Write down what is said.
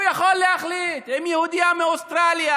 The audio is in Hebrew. הם יכולים להחליט עם יהודייה מאוסטרליה,